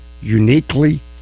uniquely